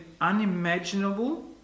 unimaginable